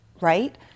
right